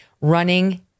running